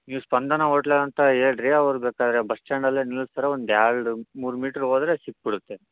ನೀವು ಸ್ಪಂದನ ಹೋಟ್ಲ್ಗೆ ಅಂತ ಹೇಳಿರಿ ಅವ್ರು ಬೇಕಾದ್ರೆ ಬಸ್ ಸ್ಟ್ಯಾಂಡ್ ಅಲ್ಲೆ ನಿಲ್ಸ್ತಾರೆ ಒಂದು ಎರ್ಡು ಮೂರು ಮೀಟ್ರ್ ಹೋದರೆ ಸಿಕ್ಬಿಡುತ್ತೆ